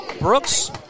Brooks